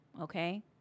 okay